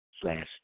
slash